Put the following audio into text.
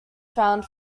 found